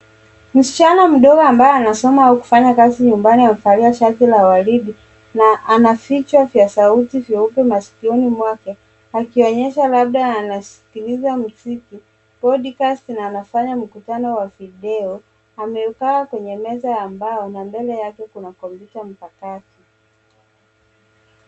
Msichana mdogo ambaye anasoma au kufanya kazi nyumbani amevalia vazi la waridi na ana vichwa vya sauti vyeupe masikioni mwake, akionyesha labda anasikiliza muziki, podcast na anafanya mkutano wa video. Amekaa kwenye meza ya mbao na mbele yake kuna kompyuta mpakato.